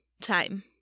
time